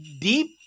deep